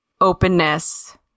openness